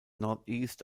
northeast